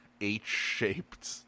H-shaped